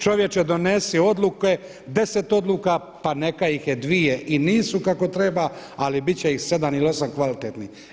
Čovječe, donesi odluke, 10 odluka pa neka ih je dvije i nisu kako treba ali biti će ih 7 ili 8 kvalitetnih.